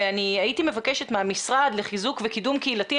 אני הייתי מבקשת מהמשרד לחיזוק וקידום קהילתי,